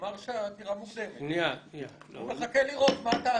הוא אמר שהעתירה מוקדמת, הוא מחכה לראות מה תעשו.